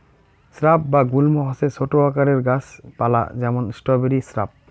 shrub বা গুল্ম হসে ছোট আকারের গাছ পালা যেমন স্ট্রবেরি স্রাব